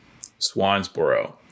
Swansboro